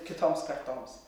kitoms kartoms